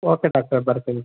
okay doctor ಬರ್ತೀನಿ